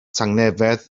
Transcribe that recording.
tangnefedd